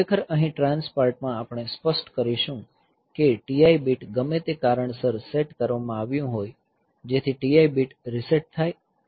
ખરેખર અહીં ટ્રાન્સ પાર્ટમાં આપણે સ્પષ્ટ કરીશું કે TI બીટ ગમે તે કારણસર સેટ કરવામાં આવ્યું હોય જેથી TI બીટ રીસેટ થાય અને પછી આ RETI છે